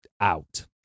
out